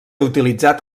utilitzat